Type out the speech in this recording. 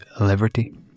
Liberty